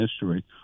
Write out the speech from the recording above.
history